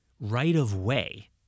right-of-way